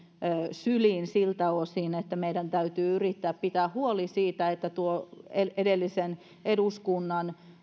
syliin siltä osin että meidän täytyy yrittää pitää huoli siitä että tuo edellisen eduskunnan